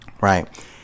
Right